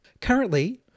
Currently